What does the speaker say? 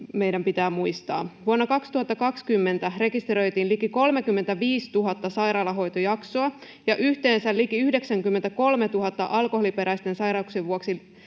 meidän pitää muistaa. Vuonna 2020 rekisteröitiin liki 35 000 sairaalahoitojaksoa ja yhteensä liki 93 000 hoitovuorokautta alkoholiperäisten sairauksien vuoksi.